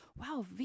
Wow